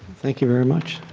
thank you very much.